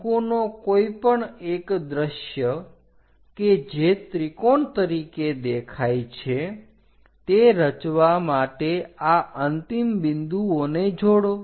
શંકુનો કોઈપણ એક દ્રશ્ય કે જે ત્રિકોણ તરીકે દેખાય છે તે રચવા માટે આ અંતિમ બિંદુઓને જોડો